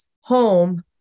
home